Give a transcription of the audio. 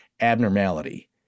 abnormality